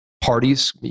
parties